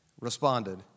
responded